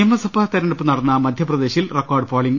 നിയമസഭാ തെരഞ്ഞെടുപ്പ് നടന്ന മധ്യപ്രദേശിൽ റെക്കോർഡ് പോളിങ്